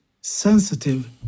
sensitive